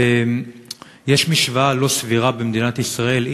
ויש משוואה לא סבירה במדינת ישראל,